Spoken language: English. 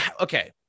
okay